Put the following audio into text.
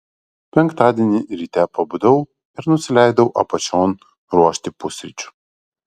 penktadienį ryte pabudau ir nusileidau apačion ruošti pusryčių